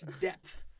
depth